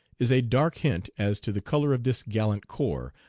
is a dark hint as to the color of this gallant corps,